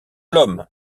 l’homme